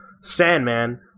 Sandman